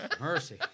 Mercy